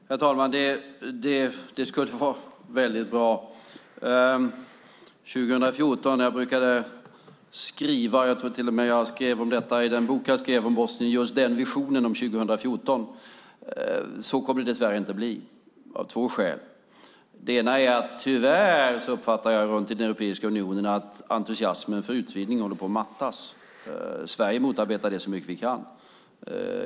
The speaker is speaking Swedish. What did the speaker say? Herr talman! Ja, det skulle vara väldigt bra. När det gäller 2014 och den visionen tror jag att jag till och med skrev om detta i den bok jag skrev om Bosnien. Så kommer det dess värre inte att bli, och det av två skäl. Det första är att jag tyvärr uppfattar att entusiasmen för en utvidgning av Europeiska unionen håller på att mattas. Från svensk sida motarbetar vi det så mycket vi kan.